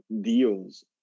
deals